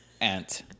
Ant